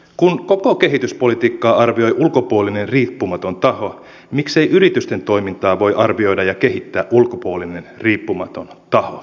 kun koko kehityspolitiikkaa arvioi ulkopuolinen riippumaton taho miksei yritysten toimintaa voi arvioida ja kehittää ulkopuolinen riippumaton taho